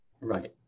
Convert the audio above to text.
Right